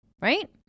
Right